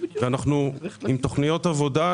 אנחנו עם תוכניות עבודה.